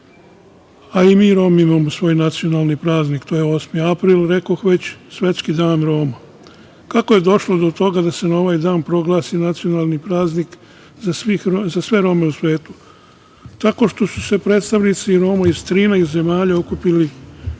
a i mi Romi imamo svoj nacionalni praznik to je 8. april, rekoh već Svetski dan Roma. Kako je došlo do toga da se na ovaj dan proglasi nacionalni praznik za sve Rome u svetu? Tako što su se predstavnici Roma iz 13 zemalja okupili 1971.